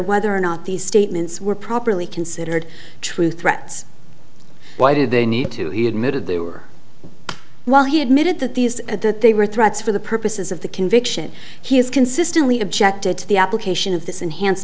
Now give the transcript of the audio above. whether or not these statements were properly considered true threats why did they need to he admitted they were while he admitted that these at that they were threats for the purposes of the conviction he has consistently objected to the application of this enhanced